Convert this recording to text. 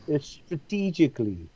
strategically